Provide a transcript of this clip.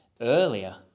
earlier